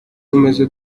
tumeze